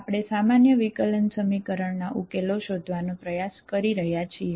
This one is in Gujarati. આપણે સામાન્ય વિકલન સમીકરણના ઉકેલો શોધવાનો પ્રયાસ કરી રહ્યા છીએ